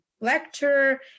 lecture